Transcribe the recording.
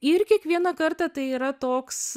ir kiekvieną kartą tai yra toks